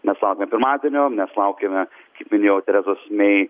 mes laukiam pirmadienio mes laukiame kaip minėjau terezos mei